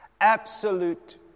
Absolute